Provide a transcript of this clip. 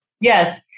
Yes